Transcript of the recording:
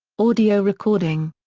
audio recording.